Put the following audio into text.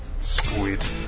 Sweet